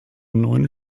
neuen